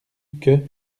que